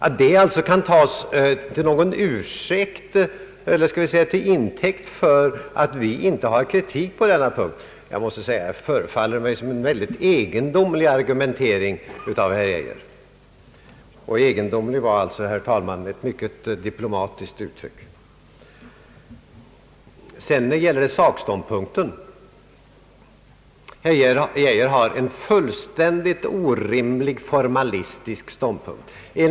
Att detta kan tas till intäkt för att vi inte har någon kritik att komma med på denna punkt förefaller mig, det måste jag säga, som en mycket egendomlig argumentering av herr Geijer — »egendomlig» är då, herr talman, ett mycket diplomatiskt uttryck. Sedan gäller det sakståndpunkten. Herr Geijer intar en fullständigt orimlig formalistisk hållning.